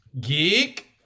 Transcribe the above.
Geek